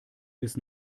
bis